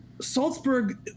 Salzburg